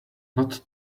not